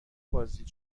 بازدید